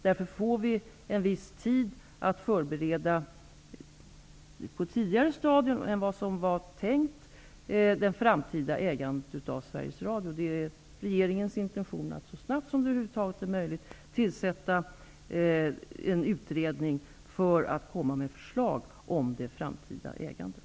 Därför får vi en viss tid att förbereda frågan om det framtida ägandet av Sveriges Radio på ett tidigare stadium än vad som var tänkt. Det är regeringens intention att så snart det över huvud taget är möjligt tillsätta en utredning med uppdraget att komma med förslag om det framtida ägandet.